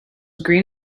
green